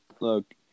Look